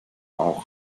auch